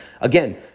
Again